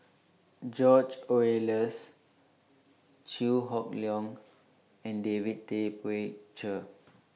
George Oehlers Chew Hock Leong and David Tay Poey Cher